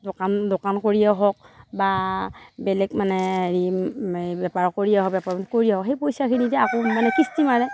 দোকান দোকান কৰিয়েই হওক বা বেলেগ মানে হেৰি বেপাৰ কৰিয়ে বেপাৰ কৰিয়ে হওক সেই পইচাখিনিয়ে আকৌ মানে কিস্তি মাৰে